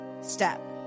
Step